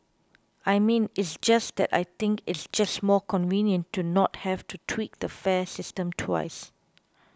I mean it's just that I think it's just more convenient to not have to tweak the fare system twice